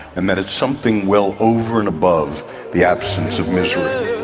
and that it's something well over and above the absence of misery.